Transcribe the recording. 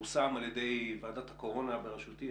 הושם על ידי ועדת הקורונה בראשותי,